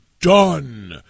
done